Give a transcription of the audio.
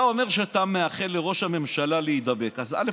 אתה אומר שאתה מאחל לראש הממשלה להידבק, אז א.